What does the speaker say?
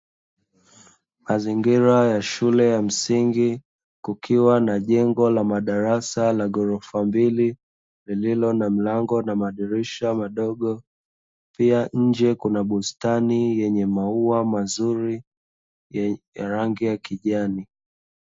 Mazingira ya shule ya msingi kukiwa na madarasa ya gorofa mbili lililo na mlango na madirisha madogo, pia nje kuna bustani ya mauwa mazuri ya rangi ya kijani.